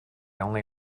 only